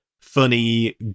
funny